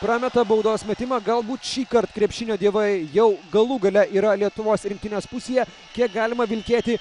prameta baudos metimą galbūt šįkart krepšinio dievai jau galų gale yra lietuvos rinktinės pusėje kiek galima vilkėti